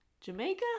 Jamaica